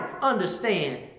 understand